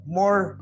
more